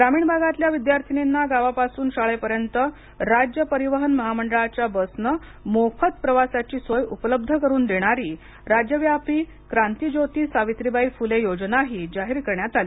ग्रामीण भागातल्या विद्यार्थिनींना गावापासून शाळेपर्यंत राज्य परिवहन महामंडळाच्या बसने मोफत प्रवासाची सोय उपलब्ध करून देणारी राज्यव्यापी क्रांतीज्योती सावित्राबाई फुले योजनाही जाहीर करण्यात आली